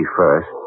first